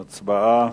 הצבעה.